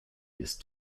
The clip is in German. ist